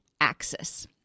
axis